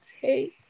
Hey